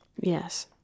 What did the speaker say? Yes